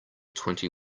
twenty